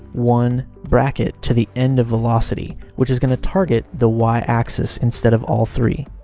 one, bracket to the end of velocity, which is gonna target the y axis instead of all three.